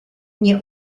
nie